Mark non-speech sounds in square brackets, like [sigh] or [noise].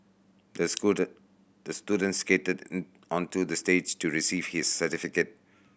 the [unintelligible] the student skated [unintelligible] onto the stage to receive his certificate